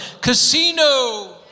Casino